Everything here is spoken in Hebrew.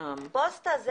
פוסטה?